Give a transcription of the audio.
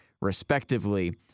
respectively